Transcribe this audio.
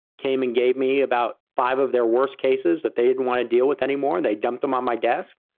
came and gave me about five of their worst cases that they didn't want to deal with anymore. they dumped them on my desk.